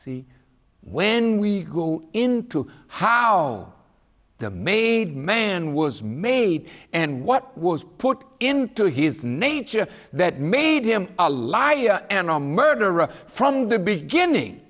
see when we go into how the made man was made and what was put into his nature that made him a liar and or murderer from the beginning